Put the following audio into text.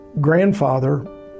grandfather